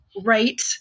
Right